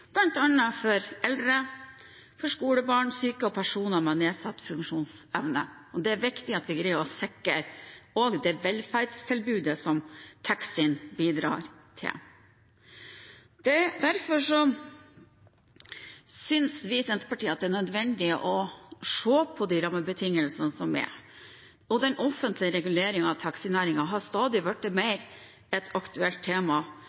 bl.a. for eldre, skolebarn, syke og personer med nedsatt funksjonsevne. Det er viktig at vi greier å sikre også det velferdstilbudet som taxien bidrar til. Derfor synes vi i Senterpartiet at det er nødvendig å se på de rammebetingelsene som er. Den offentlige reguleringen av taxinæringen har blitt et stadig mer aktuelt tema,